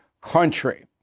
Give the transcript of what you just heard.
country